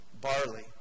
barley